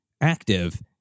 active